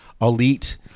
elite